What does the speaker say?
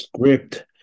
script